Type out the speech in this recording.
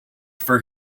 for